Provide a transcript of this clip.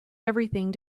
everything